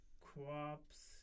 crops